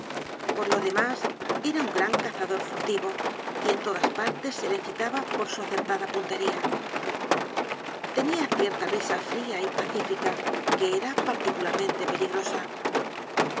por lo demás era un gran cazador furtivo y en todas partes se le citaba por su acertada puntería tenia cierta risa fria y pacífica que era particularmente peligrosa